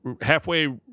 halfway